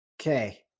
Okay